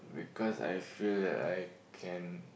because I feel that I can